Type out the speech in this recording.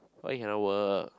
why you cannot work